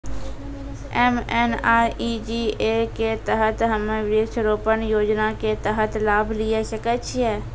MNREGA के तहत हम्मय वृक्ष रोपण योजना के तहत लाभ लिये सकय छियै?